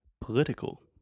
political